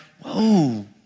whoa